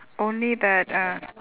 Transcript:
only that uh